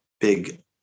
big